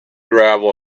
gravel